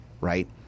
right